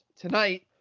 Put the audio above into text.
tonight